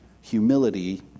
Humility